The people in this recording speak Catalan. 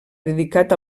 dedicat